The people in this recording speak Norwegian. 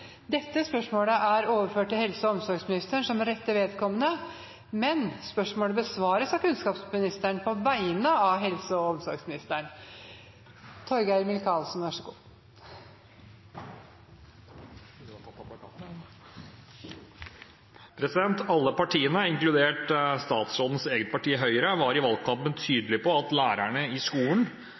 er overført til helse- og omsorgsministeren som rette vedkommende. Spørsmålet vil imidlertid bli besvart av kunnskapsministeren på vegne av helse- og omsorgsministeren, som er bortreist. «Alle partiene, inkludert statsrådens eget parti Høyre, var i valgkampen tydelig på at lærerne i skolen